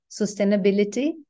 sustainability